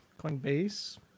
Coinbase